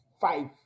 five